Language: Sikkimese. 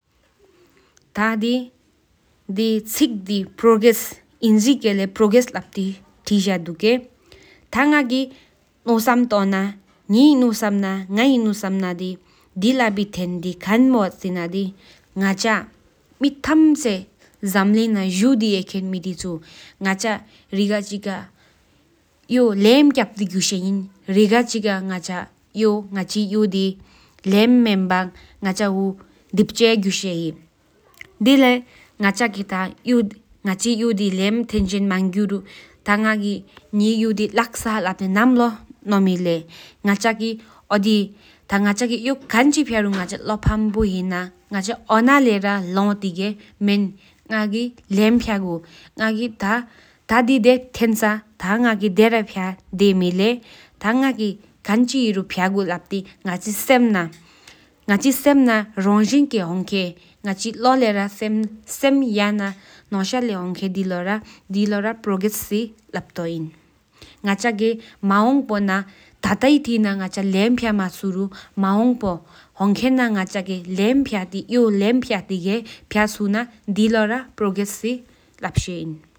ཐ་ཕྱིའི་དབྱེར་མེ་དབྱེར་ལོ་ཙམ་ན་ཐ་མདོ་ཚན་འཚོ་མཚོར་གཞན་དབང་འབྲིང་ཚན་དུ་ཚོགས་གཞན་ཁང་པའི་ཚིག་པའི་མིང་ཚེས་ཆ་བར་སྙང་བུ་གཏང་ཐོ། ཪ་ཚ་པོ་ནག་པའི་མཚེས་ཀྱི་མེ་རབས་སྲོ་ནི་དང་སེར་ཚུལ་ཅན་དང་ཐ་དབང་མཛད་པས་ཡིན་བྱས་མ་རེ་ཐ་ཕྱི་གཡག་པོ་གང་ཚག་དུ་ཚན། སྨྲ་གྱི་ཕལ་ཆེ་བའི་གཡང་རེམ་ལ་སྨྲ་མང་པོ་ནང་ཐ་ཚིན་སེར་ཚུལ་གྱི་ཐེན་ཡོས་ཚོའང་ཡིནཔོ་གཅིང་ལ་དགའ་རུམ་གླིང།